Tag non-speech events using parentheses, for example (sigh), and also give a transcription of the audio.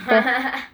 (laughs)